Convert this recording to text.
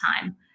time